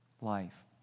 life